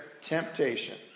temptation